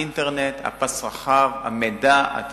האינטרנט, הפס הרחב, המידע, התמסורת,